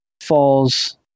falls